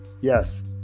Yes